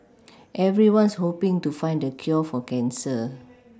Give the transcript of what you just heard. everyone's hoPing to find the cure for cancer